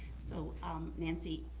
so um nancy,